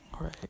right